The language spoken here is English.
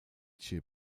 chief